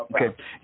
Okay